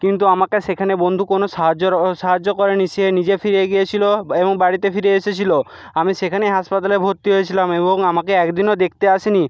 কিন্তু আমাকে সেখানে বন্ধু কোনো সাহায্য সাহায্য করেনি সে নিজে ফিরে গিয়েছিল এবং বাড়িতে ফিরে এসেছিল আমি সেখানেই হাসপাতালে ভর্তি হয়েছিলাম এবং আমাকে একদিনও দেখতে আসেনি